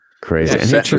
crazy